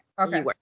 Okay